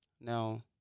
Now